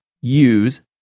use